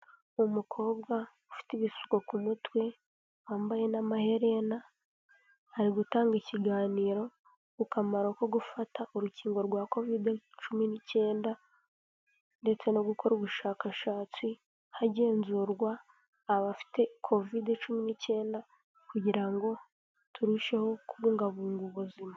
Umukobwa ufite ibisuko ku mutwe, wambaye n'amaherena, ari gutanga ikiganiro ku kamaro ko gufata urukingo rwa kovide 19 ndetse no gukora ubushakashatsi, hagenzurwa abafite kovide 19 kugira ngo turusheho kubungabunga ubuzima.